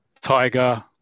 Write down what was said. Tiger